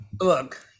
Look